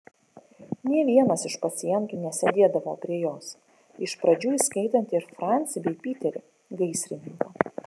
nė vienas iš pacientų nesėdėdavo prie jos iš pradžių įskaitant ir francį bei piterį gaisrininką